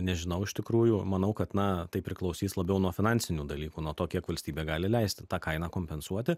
nežinau iš tikrųjų manau kad na tai priklausys labiau nuo finansinių dalykų nuo to kiek valstybė gali leisti tą kainą kompensuoti